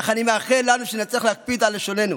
אך אני מאחל לנו שנצליח להקפיד על לשוננו